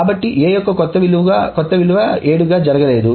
కాబట్టి A యొక్క కొత్త విలువ 7 గా జరగలేదు